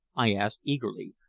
i asked eagerly,